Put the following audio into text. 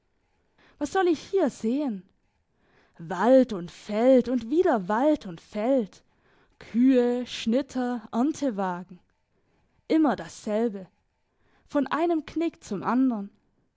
was soll ich hier sehen wald und feld und wieder wald und feld kühe schnitter erntewagen immer dasselbe von einem knick zum andern